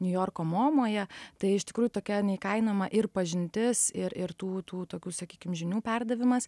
niujorko momoje tai iš tikrųjų tokia neįkainojama ir pažintis ir ir tų tų tokių sakykim žinių perdavimas